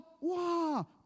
Wow